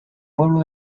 pueblo